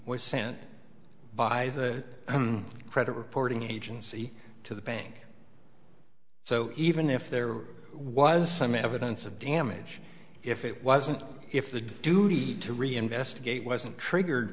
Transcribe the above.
was sent by the credit reporting agency to the bank so even if there was some evidence of damage if it wasn't if the duty to reinvestigate wasn't triggered